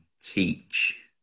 teach